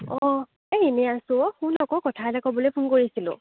অ এই এনে আছোঁ অ শুন আকৌ কথা এটা ক'বলৈ ফোন কৰিছিলোঁ